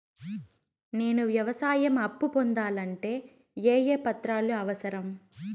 నేను వ్యవసాయం అప్పు పొందాలంటే ఏ ఏ పత్రాలు అవసరం?